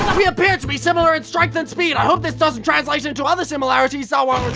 we appear to be similar in strength and speed i hope this doesn't translate into other similarities so um